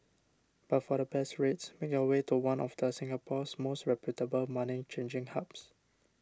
but for the best rates make your way to one of the Singapore's most reputable money changing hubs